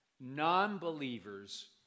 non-believers